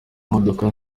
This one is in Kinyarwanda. modoka